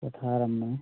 ꯄꯣꯊꯥꯔꯝꯕꯅꯤ